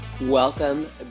Welcome